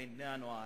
בין בני הנוער,